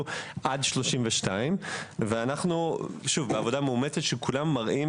עד 2032. בעבודה מאומצת של כולם אנחנו מראים